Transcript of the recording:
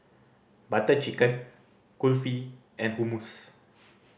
Butter Chicken Kulfi and Hummus